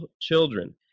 children